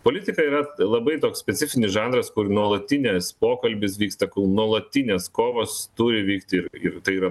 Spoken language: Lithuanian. politika yra labai toks specifinis žanras kur nuolatinės pokalbis vyksta kol nuolatinės kovos turi vykti ir ir tai yra